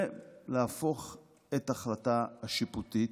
ולהפוך את ההחלטה השיפוטית,